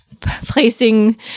placing